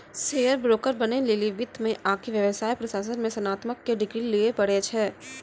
share broker बनै लेली वित्त मे आकि व्यवसाय प्रशासन मे स्नातक के डिग्री लिये पड़ै छै